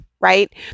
right